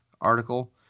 article